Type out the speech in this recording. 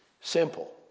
simple